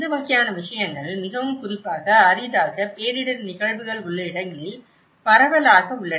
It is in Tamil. இந்த வகையான விஷயங்கள் மிகவும் குறிப்பாக அரிதாக பேரிடர் நிகழ்வுகள் உள்ள இடங்களில் பரவலாக உள்ளன